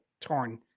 torn